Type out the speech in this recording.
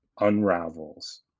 Unravels